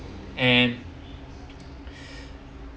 and